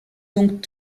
donc